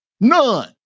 None